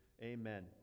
amen